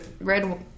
Red